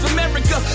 America